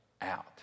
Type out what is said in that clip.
out